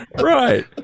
Right